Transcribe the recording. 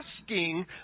asking